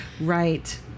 right